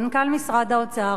מנכ"ל משרד האוצר,